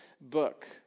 book